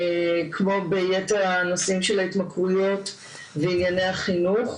כמו ביתר הנושאים של ההתמכרויות וענייני החינוך.